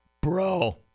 Bro